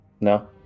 No